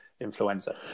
influenza